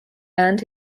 earned